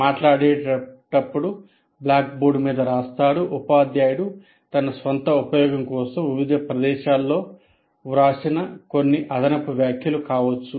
మాట్లాడేటప్పుడు blackboard మీద రాస్తాడు ఉపాధ్యాయుడు తన స్వంత ఉపయోగం కోసం వివిధ ప్రదేశాలలో వ్రాసిన కొన్ని అదనపు వ్యాఖ్యలు కావచ్చు